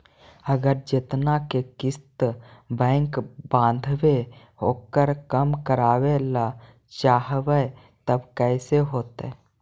अगर जेतना के किस्त बैक बाँधबे ओकर कम करावे ल चाहबै तब कैसे होतै?